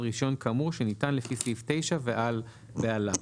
רישיון כאמור שניתן לפי סעיף 9 ועל בעליו.